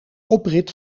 oprit